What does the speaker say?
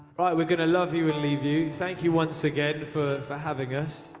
right. we're going to love you and leave you. thank you once again for for having us,